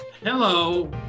hello